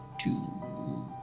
two